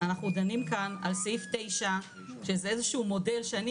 אנחנו דנים כאן על סעיף 9 שזה איזה שהוא מודל שאני